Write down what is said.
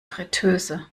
friteuse